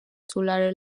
tulare